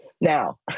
Now